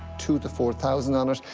to to four thousand dollars.